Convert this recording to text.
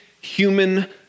human